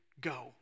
go